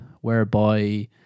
whereby